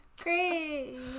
Great